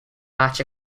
much